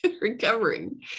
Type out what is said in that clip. recovering